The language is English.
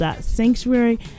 Sanctuary